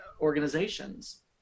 organizations